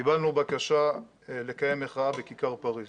קיבלנו בקשה לקיים מחאה בכיכר פריז